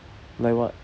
like what